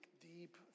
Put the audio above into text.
deep